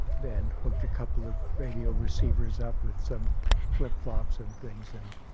then, hooked a couple of radio receivers up with some flip-flops and things and